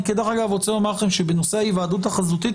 אני כדרך אגב רוצה לומר לכם שבנושא היוועדות חזותית,